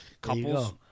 Couples